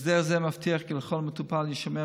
הסדר זה מבטיח כי לכל מטופל יישמר